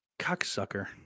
cocksucker